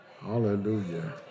Hallelujah